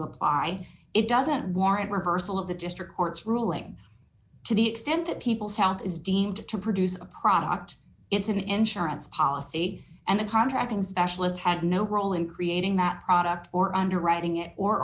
apply it doesn't warrant reversal of the district court's ruling to the extent that people's health is deemed to produce a product it's an insurance policy and the contracting specialist had no role in creating that product or underwriting